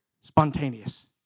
Spontaneous